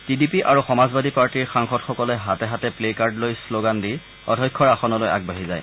T D P আৰু সমাজবাদী পাৰ্টিৰ সাংসদসকলে হাতে হাতে গ্নে কাৰ্ড লৈ শ্লোগান দি অধ্যক্ষৰ আসনলৈ আগবাঢ়ি যায়